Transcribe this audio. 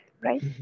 right